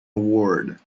award